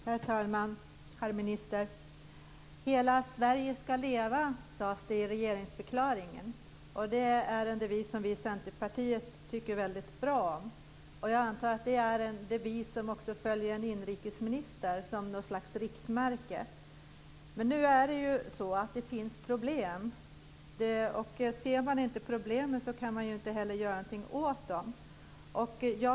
Herr talman! Herr minister! Hela Sverige skall leva sade man i regeringsförklaringen. Det är en devis som vi i Centerpartiet tycker bra om. Jag antar att det är en devis som också inrikesministern har som riktmärke. Men nu finns det problem. Ser man inte problemen, kan man inte göra något åt dem.